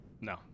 No